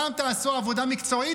פעם תעשו עבודה מקצועית,